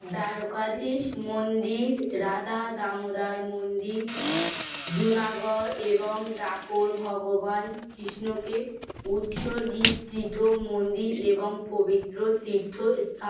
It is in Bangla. দ্বারকাধীশ মন্দির রাধা দামোদার মন্দির জুনাগড় এবং ডাকোর ভগবান কৃষ্ণকে উৎসর্গীকৃত মন্দির এবং পবিত্র তীর্থ স্থা